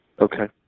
Okay